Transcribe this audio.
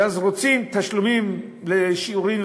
ואז רוצים תשלומים לשיעורין,